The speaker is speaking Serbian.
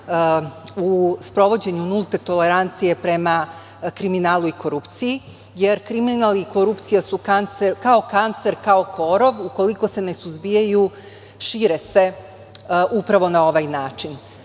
u sprovođenju nulte tolerancije prema kriminalu i korupciji, jer kriminal i korupcija su kao kancer, kao korov. Ukoliko se ne suzbijaju, šire se upravo na ovaj način. Javila